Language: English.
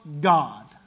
God